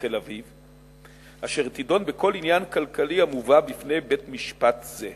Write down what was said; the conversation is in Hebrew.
בתל-אביב אשר תדון בכל עניין כלכלי המובא בפני בית-משפט זה.